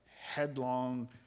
headlong